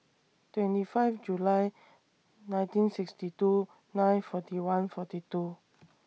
twenty five July nineteen sixty two nine forty one forty two